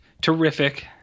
terrific